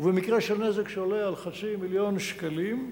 ובמקרה של נזק שעולה על חצי מיליון שקלים,